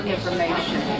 information